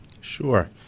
Sure